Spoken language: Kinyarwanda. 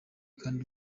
kandi